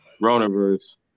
Rona-verse